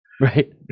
Right